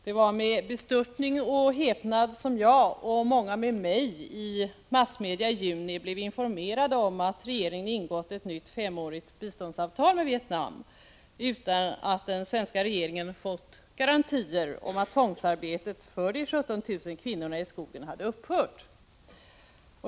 Det var med bestörtning och häpnad som jag och många med mig i juni av massmedia blev informerade om att regeringen hade ingått ett nytt femårigt biståndsavtal med Vietnam utan att den svenska regeringen fått garantier om att tvångsarbetet för de 17 000 kvinnorna i skogen hade upphört.